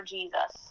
Jesus